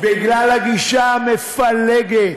בגלל הגישה המפלגת,